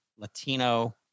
Latino